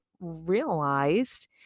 realized